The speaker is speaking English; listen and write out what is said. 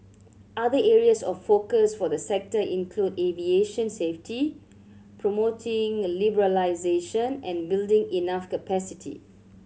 other areas of focus for the sector include aviation safety promoting liberalisation and building enough capacity